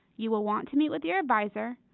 you will want to meet with your advisor,